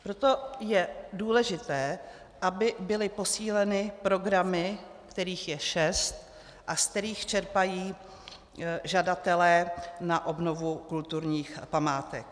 Proto je důležité, aby byly posíleny programy, kterých je šest a ze kterých čerpají žadatelé na obnovu kulturních památek.